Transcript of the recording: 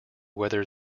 whether